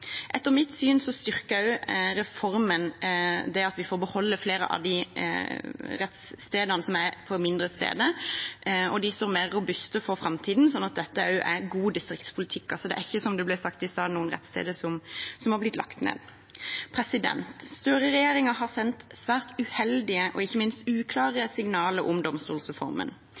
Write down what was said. Etter mitt syn styrker også reformen det at vi får beholde flere av rettsstedene på mindre steder, og de er mer robuste for framtiden, så dette er også god distriktspolitikk. Det er ikke, som det ble sagt i sted, noen rettssteder som er blitt lagt ned. Støre-regjeringen har sendt svært uheldige, og ikke minst uklare, signaler om domstolsreformen.